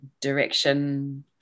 direction